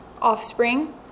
offspring